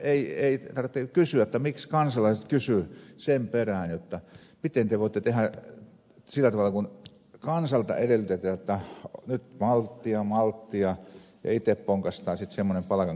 silloin ei tarvitse kysyä miksi kansalaiset kysyivät sen perään jotta miten te voitte tehdä sillä tavalla kun kansalta edellytetään jotta nyt malttia malttia ja itse ponkaistaan sitten semmoinen palkankorotus hetkessä